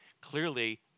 clearly